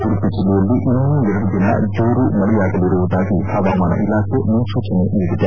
ಉಡುಪಿ ಜಿಲ್ಲೆಯಲ್ಲಿ ಇನ್ನೂ ಎರಡು ದಿನ ಜೋರು ಮಳೆಯಾಗಲಿರುವುದಾಗಿ ಪವಾಮಾನ ಇಲಾಖೆ ಮುನ್ನೂಚನೆ ನೀಡಿದೆ